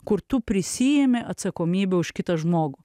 kur tu prisiimi atsakomybę už kitą žmogų